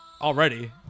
Already